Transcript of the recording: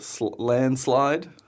Landslide